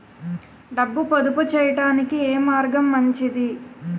డబ్బు పొదుపు చేయటానికి ఏ మార్గం మంచిది?